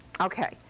Okay